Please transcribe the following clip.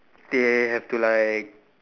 they have to like